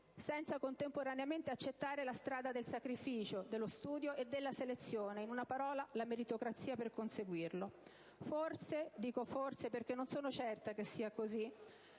senza contemporaneamente accettare la strada del sacrificio, dello studio e della selezione: in una parola della meritocrazia per conseguirlo. Forse, dico forse perché non sono certa che sia così